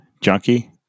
junkie